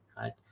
right